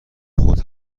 خود